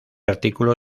artículo